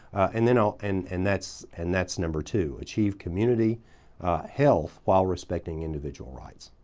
and you know and and that's and that's number two achieve community health while respecting individual rights.